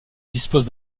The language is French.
dispose